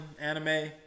anime